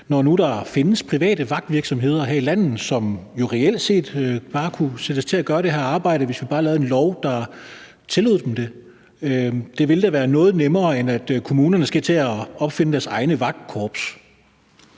nu der findes private vagtvirksomheder her i landet, som jo reelt set kunne sættes til at gøre det her arbejde, hvis vi bare lavede en lov, der tillod dem det. Det ville da være noget nemmere, end at kommunerne skal til at opfinde deres egne vagtkorps.